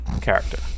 character